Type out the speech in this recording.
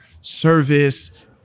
service